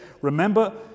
Remember